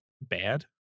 bad